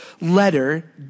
letter